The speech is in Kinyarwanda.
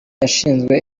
ashinzwe